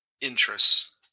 interests